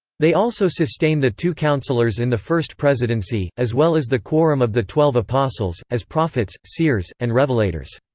they also sustain the two counselors in the first presidency, as well as the quorum of the twelve apostles, as prophets, seers, and revelators.